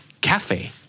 Cafe